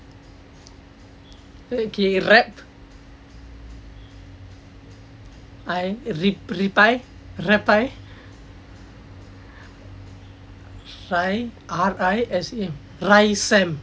okay rep I repi repi R I S A risam